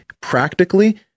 practically